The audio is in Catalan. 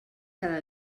cada